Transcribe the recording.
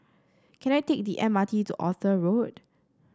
can I take the M R T to Arthur Road